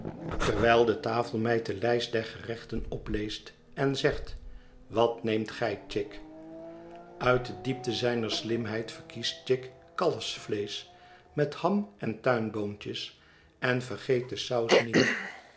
wijl de tafelmeid de lijst der gerechten opleest en zegt wat neemt gij chick uit de diepte zijner slimheid verkiest chick kalfsvleesch met ham en tuinboontjes en vergeet de saus niet